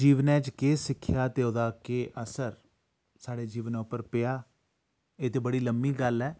जीवन च केह् सिक्खेआ ते ओह्दा केह् असर साढ़े जीवन उप्पर पेआ एह् ते बड़ी लम्मी गल्ल ऐ